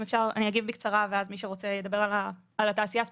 אני אגיב בקצרה ואז מי שרוצה ידבר על התעשייה ספציפית.